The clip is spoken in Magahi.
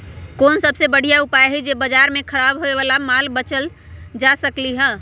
कोन सबसे बढ़िया उपाय हई जे से बाजार में खराब होये वाला माल बेचल जा सकली ह?